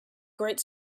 great